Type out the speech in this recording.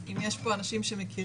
נשמח אם יש פה אנשים שמכירים